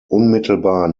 unmittelbar